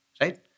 Right